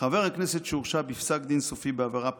"חבר הכנסת שהורשע בפסק דין סופי בעבירה פלילית,